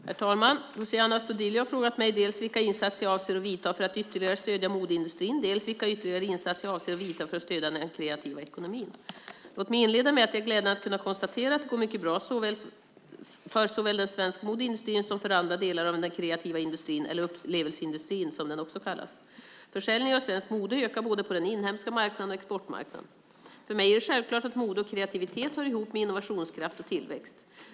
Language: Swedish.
Herr talman! Luciano Astudillo har frågat mig dels vilka insatser jag avser att vidta för att ytterligare stödja modeindustrin, dels vilka ytterligare insatser jag avser att vidta för att stödja den kreativa ekonomin. Låt mig inleda med att det är glädjande att kunna konstatera att det går mycket bra för såväl svensk modeindustri som andra delar av den kreativa industrin eller upplevelseindustrin, som den också kallas. Försäljningen av svenskt mode ökar både på den inhemska marknaden och på exportmarknaden. För mig är det självklart att mode och kreativitet hör ihop med innovationskraft och tillväxt.